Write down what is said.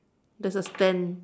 there's a stand